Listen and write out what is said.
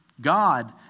God